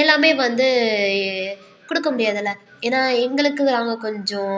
எல்லாமே வந்து கொடுக்க முடியாதுலை ஏனால் எங்களுக்கு நாங்கள் கொஞ்சம்